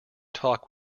talk